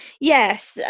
Yes